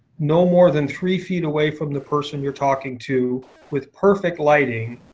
no more than three feet away from the person you're talking to with perfect lighting,